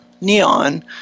neon